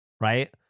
right